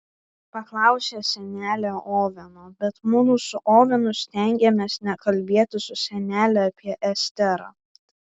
paklausė senelė oveno bet mudu su ovenu stengėmės nekalbėti su senele apie esterą